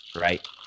right